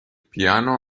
piano